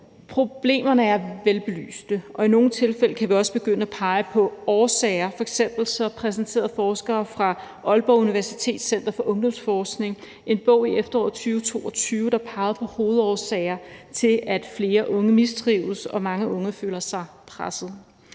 Problemerne er velbelyste, og i nogle tilfælde kan vi også begynde at pege på årsager. F.eks. præsenterede forskere fra Aalborg Universitets Center for Ungdomsforskning en bog i efteråret 2022, der pegede på hovedårsager til, at flere unge mistrives og mange unge føler sig pressede.